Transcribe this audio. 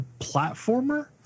platformer